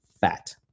fat